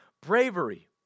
bravery